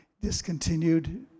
discontinued